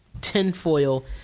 tinfoil